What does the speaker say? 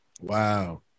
Wow